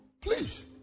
please